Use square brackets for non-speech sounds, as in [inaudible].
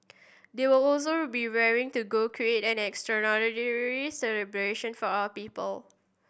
they were also be raring to go create an [unintelligible] celebration for our people